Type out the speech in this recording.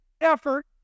effort